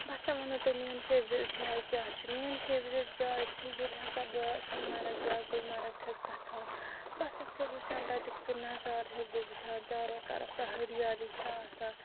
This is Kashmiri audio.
بہٕ ہَسا وَنپو تۄہہِ میٛٲنۍ فیورِٹ جاے کیٛاہ چھِ میٛٲنۍ فیورِٹ جاے چھِ ییٚلہِ ہَسا بہٕ سۄنہٕ مرَگ یا گُلمرگ چھَس گَژھان بہٕ ہَسا چھَس وُچھان تَتیُک سُہ نَظارٕ چھَس بہٕ وُچھان چارو طَرف سۅ ہریالی چھِ آسان